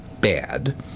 bad